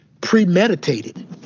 premeditated